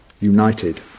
united